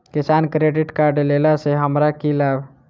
किसान credit card लेला सऽ हमरा की लाभ?